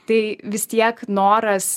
tai vis tiek noras